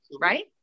right